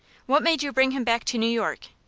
what made you bring him back to new york?